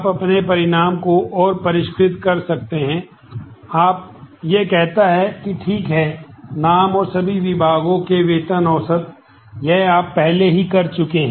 आप अपने परिणाम को और परिष्कृत कर सकते हैं यह कहता है कि ठीक है नाम और सभी विभागों के वेतन औसत यह आप पहले ही कर चुके हैं